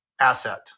asset